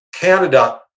Canada